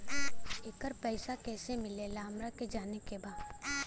येकर पैसा कैसे मिलेला हमरा के जाने के बा?